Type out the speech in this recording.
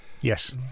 Yes